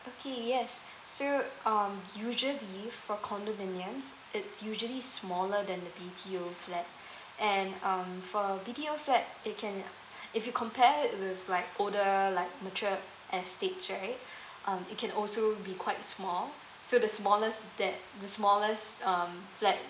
okay yes so um usually for condominiums it's usually smaller than a B_T_O flat and um for a B_T_O flat it can if you compare it with like older like mature estates right um it can also be quite small so the smallest that the smallest um flat